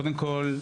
קודם כל,